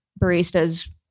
baristas